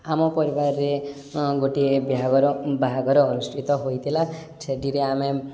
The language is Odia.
ଆମ ପରିବାରରେ ଗୋଟିଏ ବାହାଘର ବାହାଘର ଅନୁଷ୍ଠିତ ହୋଇଥିଲା ସେଥିରେ ଆମେ